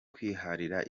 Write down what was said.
kwiharira